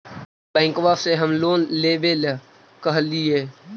बैंकवा से हम लोन लेवेल कहलिऐ?